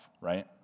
right